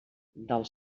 del